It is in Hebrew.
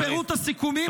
-- את פירוט הסיכומים.